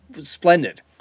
splendid